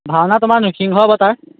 ভাওনা তোমাৰ নৃসিংহ অৱতাৰ